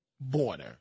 border